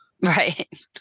Right